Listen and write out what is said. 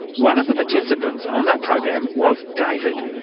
one of the participants on that program was david,